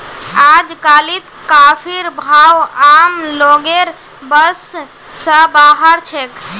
अजकालित कॉफीर भाव आम लोगेर बस स बाहर छेक